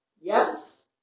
Yes